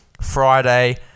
Friday